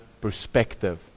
perspective